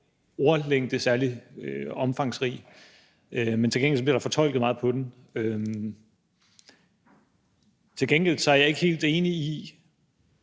ordlængde ikke særlig omfangsrig, men til gengæld bliver der fortolket meget på den. Til gengæld er jeg ikke helt enig i,